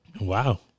Wow